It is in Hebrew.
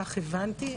כך הבנתי,